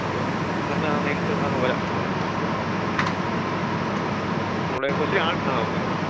അതൊന്ന് ഞാൻ നേരിട്ട് അങ്ങ് വരാം അവിടെ ഒത്തിരി ആള് ആ ഓക്കെ ഓക്കെ